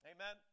Amen